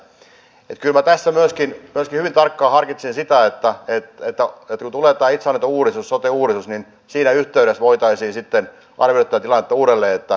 että kyllä tässä myöskin hyvin tarkkaan harkitsisin sitä että kun tulee tämä itsehallintouudistus sote uudistus siinä yhteydessä voitaisiin sitten arvioida tätä tilannetta uudelleen